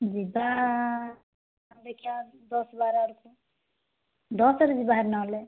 ଯିବା ଦେଖିଆ ଦଶ ବାର ଆଡ଼କୁ ଦଶରେ ଯିବା ଭାରି ନହଲେ